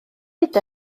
hyd